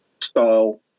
style